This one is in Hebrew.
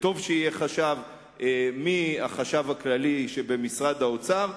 וטוב שיהיה חשב מאגף החשב הכללי שבמשרד האוצר,